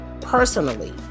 personally